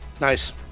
Nice